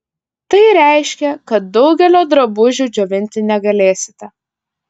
tai reiškia kad daugelio drabužių džiovinti negalėsite